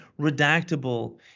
redactable